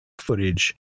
footage